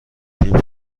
فیلم